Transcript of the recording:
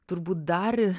turbūt dar